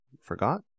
forgot